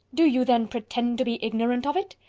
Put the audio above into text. do you then pretend to be ignorant of it?